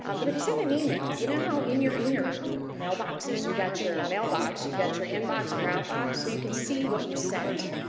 um but if you send an email, you know how in your in your mailboxes, you've got your mailbox, you've got you inbox and your outbox, so you can see what you sent.